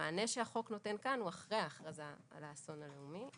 המענה שהחוק נותן כאן הוא רק אחרי ההכרזה על האסון הלאומי,